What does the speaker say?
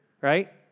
right